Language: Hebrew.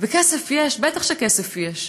וכסף יש, בטח שכסף יש,